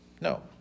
No